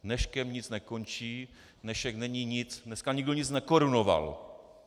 Dneškem nic nekončí, dnešek není nic, dneska nikdo nic nekorunoval.